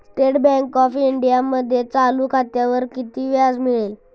State Bank of इंडियामध्ये चालू खात्यावर किती व्याज मिळते?